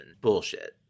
Bullshit